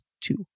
two